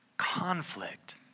Conflict